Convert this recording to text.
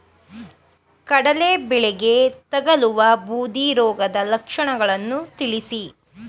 ಕಡಲೆ ಬೆಳೆಗೆ ತಗಲುವ ಬೂದಿ ರೋಗದ ಲಕ್ಷಣಗಳನ್ನು ತಿಳಿಸಿ?